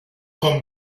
con